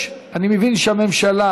אני מבין שהממשלה